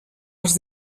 els